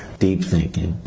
deep thinking?